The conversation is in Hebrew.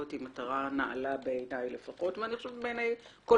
היא מטרה נעלה בעיני לפחות ובעיני אנשים מכל